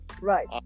Right